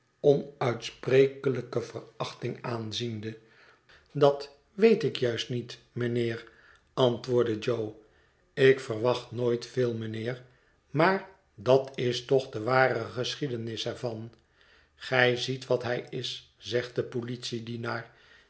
onuitsprekelijke verachting aanziende dat weet ik juist niet mijnheer antwoordt jo ik verwacht nooit veel mijnheer maar dat is toch de ware geschiedenis er van gij ziet wat hij is zegt de politiedienaar